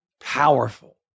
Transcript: Powerful